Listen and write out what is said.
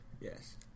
Yes